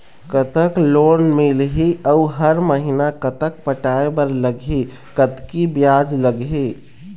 कतक लोन मिलही अऊ हर महीना कतक पटाए बर लगही, कतकी ब्याज लगही?